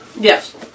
Yes